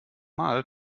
mal